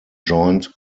joined